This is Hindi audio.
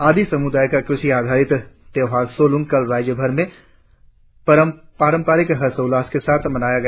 आदि समुदाय का कृषि आधारित त्योहार शलोंग कल राज्य भर में पारमपरिक हर्षोउल्लास के साथ मनाया गया